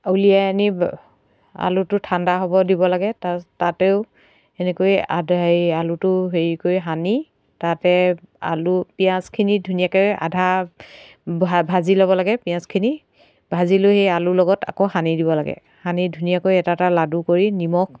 উলিয়াই আনিব আলুটো ঠাণ্ডা হ'ব দিব লাগে তা তাতেও সেনেকৈ আলুটো হেৰি কৰি সানি তাতে আলু পিঁয়াজখিনি ধুনীয়াকৈ আধা ভা ভাজি ল'ব লাগে পিঁয়াজখিনি ভাজি লৈ সেই আলুৰ লগত আকৌ সানি দিব লাগে সানি ধুনীয়াকৈ এটা এটা লাডু কৰি নিমখ